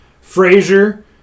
Frazier